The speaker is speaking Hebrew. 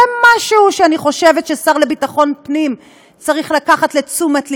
זה משהו שאני חושבת ששר לביטחון פנים צריך לקחת לתשומת לבו.